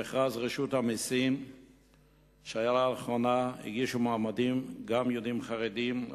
למכרז רשות המסים שהיה לאחרונה ניגשו גם מועמדים יהודים חרדים,